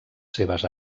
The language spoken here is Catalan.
seves